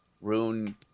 Rune